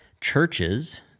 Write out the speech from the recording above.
churches